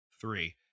three